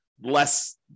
less